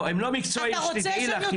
הם לא מקצועיים, שתדעי לך.